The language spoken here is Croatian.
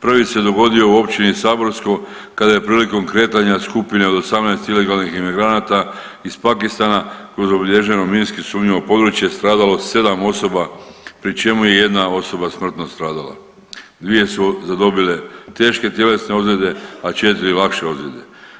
Prvi se dogodio u općini Saborsko kada je prilikom kretanja skupine od 18 civilnih imigranata iz Pakistana kroz obilježeno minski sumnjivo područje stradalo 7 osoba pri čemu je 1 osoba smrtno stradala, 2 su zadobile teške tjelesne ozljede, a 4 lakše ozljede.